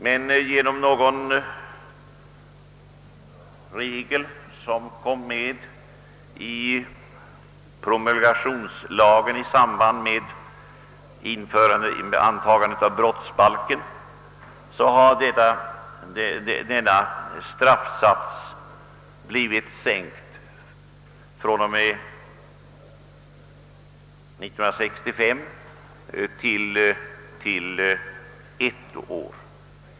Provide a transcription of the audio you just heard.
Men genom en regel som kom med i den promulgationslag, som infördes i samband med antagande av den nya brottsbalken, har straffsatsen från och med 1965 sänkts till högst ett år.